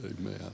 amen